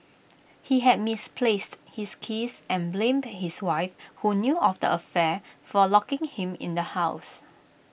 he had misplaced his keys and blamed his wife who knew of the affair for locking him in the house